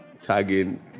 tagging